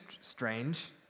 strange